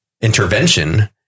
intervention